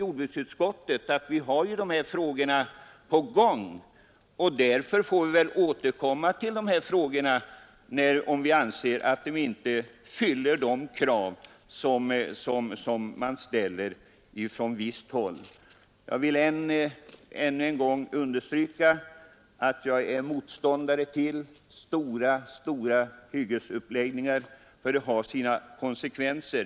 Jordbruksutskottet framhåller också att utredningsarbetet i dessa frågor pågår, och vi får väl återkomma till dem om vi inte anser att utredningen uppfyller de krav som kan ställas Jag vill än en gång understryka att jag är motståndare till stora hyggesuppläggningar, för de kan ha sina konsekvenser.